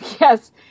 yes